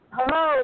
Hello